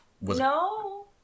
No